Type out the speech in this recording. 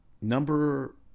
number